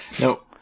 No